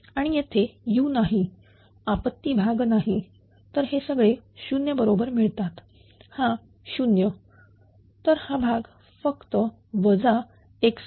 आणि येथे u नाही आपत्ती भाग नाही तर हे सगळे 0 बरोबर मिळतात हा 0 तर हा भाग फक्त वजा x3